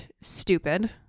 stupid